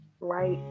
Right